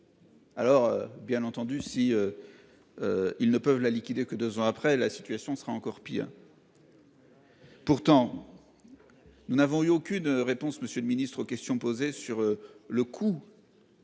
Alors bien entendu, si. Ils ne peuvent la liquider que 2 ans après, la situation sera encore pire. Pourtant. Nous n'avons eu aucune réponse Monsieur le Ministre aux questions posées sur le coup.